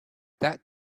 that